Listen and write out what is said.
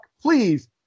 Please